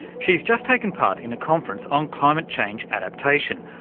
she's just taken part in a conference on climate change adaptation,